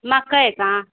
मकई का